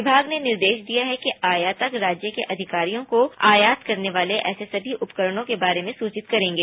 विमाग ने निर्देश दिया है कि आयातक राज्य के अधिकारियों को आयात करने वाले ऐसे समी उपकरणों के बारे में सुचित करेंगे